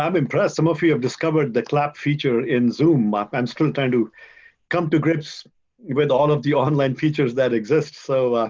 um impressed. some of you have discovered the clap feature in zoom. i'm still trying to come to grips with all of the online features that exists so.